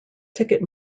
ticket